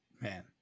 Man